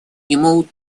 ему